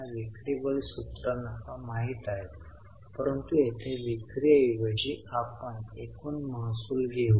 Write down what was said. आपल्याला विक्री मूल्य दिले गेले नाही आपल्याला विक्री मूल्याची गणना करावी लागेल